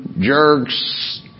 jerks